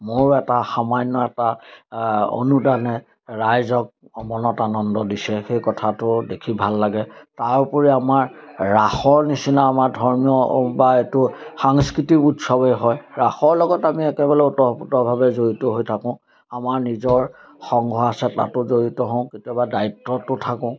মোৰো এটা সামান্য এটা অনুদানে ৰাইজক মনত আনন্দ দিছে সেই কথাটো দেখি ভাল লাগে তাৰ উপৰি আমাৰ ৰাসৰ নিচিনা আমাৰ ধৰ্মীয় বা এইটো সাংস্কৃতিক উৎসৱেই হয় ৰাসৰ লগত আমি একেবাৰে ওতপ্ৰোতভাৱে জড়িত হৈ থাকোঁ আমাৰ নিজৰ সংঘ আছে তাতো জড়িত হওঁ কেতিয়াবা দায়িত্বটো থাকোঁ